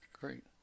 Great